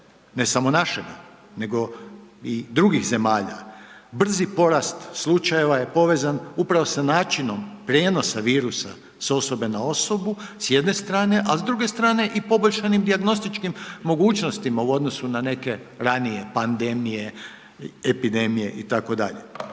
Ne samo našega nego i drugih zemalja. Brzi porast slučajeva je povezan upravo sa načinom prijenosa virusa s osobe na osobu s jedne strane, a s druge strane i poboljšanim dijagnostičkim mogućnostima u odnosu na neke ranije pandemije, epidemije, itd.